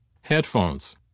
Headphones